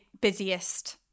busiest